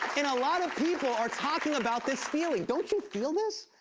and a lot of people are talking about this feeling. don't you feel this?